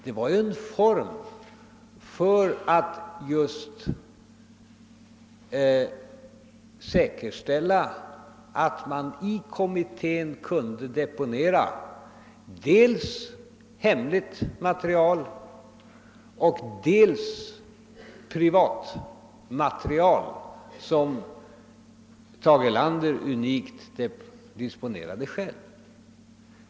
Det var ju en form för att säkerställa att man i kommittén kunde deponera dels hemligt material, dels unikt privatmaterial, som Tage Erlander själv disponerade.